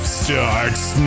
starts